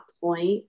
point